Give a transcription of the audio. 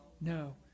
No